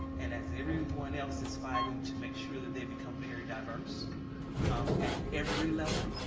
and as everyone else is fighting to make sure that they become very diverse um at every level,